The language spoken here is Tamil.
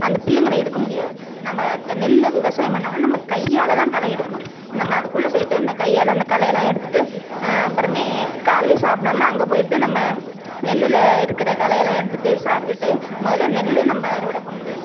அந்தப் புல்லுங்கள எடுக்க முடியாது நம்ம க நெல்லை விவசாயம் பண்ணோம்னால் நம்ம கையால்தான் களை எடுக்கணும் நம்ம அதுக்குள்ள போய்விட்டு அந்தக் கையால் அந்தக் களையெல்லாம் எடுத்துட்டு அப்புறமே காலைலே சாப்பிடாம அங்கே போயிட்டு நம்ம நெல்லில் இருக்கிற களையெல்லாம் எடுத்துட்டு சாப்பிட்டுட்டு முதல்ல நெல் நம்ம அறுவடை பண்ணணும்